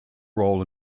role